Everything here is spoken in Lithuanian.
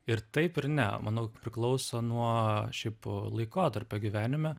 ir taip ir ne manau priklauso nuo šiaip laikotarpio gyvenime